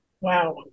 Wow